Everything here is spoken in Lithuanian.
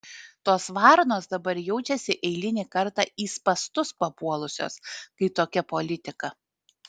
tos varnos dabar jaučiasi eilinį kartą į spąstus papuolusios kai tokia politika